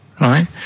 right